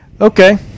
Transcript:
Okay